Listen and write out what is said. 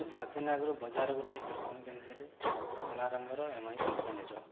ମୁଇଁ ସାତ ଦିନ ଆଗରୁ ବଜାରରୁ ଗୁଟେ ହେଡ଼ଫୋନ କିଣିଥିଲି ଧଳା ରଙ୍ଗର ଏମଆଇ କମ୍ପାନୀର